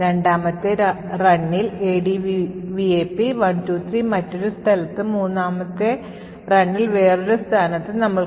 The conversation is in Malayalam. രണ്ടാമത്തെ runൽ ADVAP123 മറ്റൊരു സ്ഥലത്തും മൂന്നാം runൽ വേറൊരു സ്ഥാനത്തും ഉണ്ട്